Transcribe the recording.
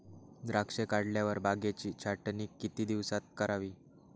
द्राक्षे काढल्यावर बागेची छाटणी किती दिवसात करावी?